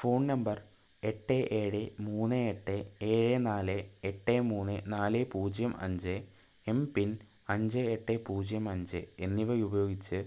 phone number എട്ട് ഏഴ് മൂന്ന് എട്ട് ഏഴ് നാല് എട്ട് മൂന്ന് നാല് പൂജ്യം അഞ്ച് എംപിൻ അഞ്ച് എട്ട് പൂജ്യം അഞ്ച് എന്നിവ ഉപയോഗിച്ച്